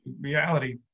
Reality